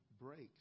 breaks